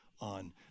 on